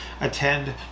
attend